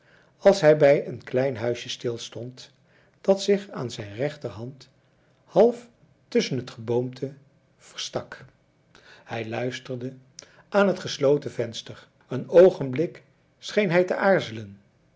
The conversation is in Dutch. als hij bij een klein huisje stilstond dat zich aan zijn rechterhand half tusschen het geboomte verstak hij luisterde aan het gesloten venster een oogenblik scheen hij te aarzelen